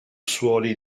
suoli